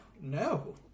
No